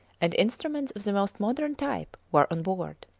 and instruments of the most modern type were on board.